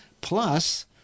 Plus